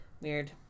Weird